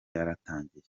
yaratangiye